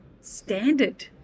standard